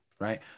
right